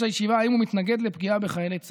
הישיבה אם הוא מתנגד לפגיעה בחיילי צה"ל?